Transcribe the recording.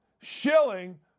shilling